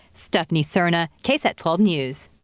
stephanie serna ksat twelve news.